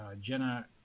Jenna